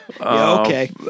okay